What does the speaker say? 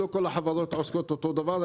לא כל החברות עוסקות אותו דבר,